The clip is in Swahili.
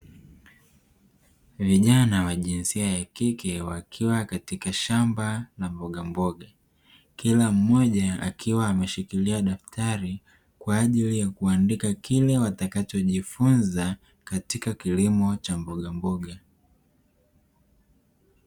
Vijana wa jinsia ya kike wakiwa katika shamba la mboga, kila mmoja akiwa ameshikilia daftari kwa ajili ya kuandika kile watakachojifunza, katika kilimo cha mbogamboga.